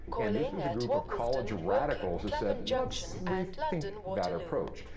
and this was a group of college radicals who said, let's re-think that approach.